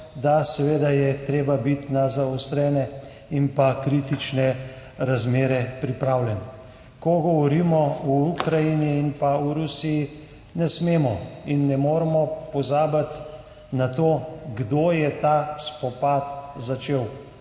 je seveda treba biti na zaostrene in kritične razmere pripravljen. Ko govorimo o Ukrajini in o Rusiji, ne smemo in ne moremo pozabiti na to, kdo je ta spopad začel,